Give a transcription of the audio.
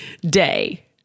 day